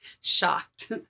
shocked